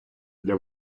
для